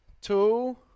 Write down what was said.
Two